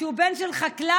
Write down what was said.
שהוא בן של חקלאי,